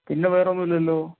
പിന്നെ വേറെ ഒന്നുമില്ലല്ലോ